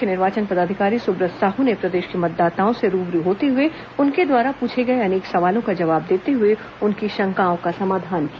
मुख्य निर्वाचन पदाधिकारी सुब्रत साहू ने प्रदेश के मतदाताओं से रूबरू होते हुए उनके द्वारा पूछे गए अनेक सवालों का जवाब देते हुए उनकी शंकाओं का समाधान किया